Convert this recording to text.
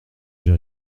j’ai